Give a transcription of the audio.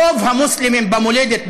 רוב המוסלמים במולדת,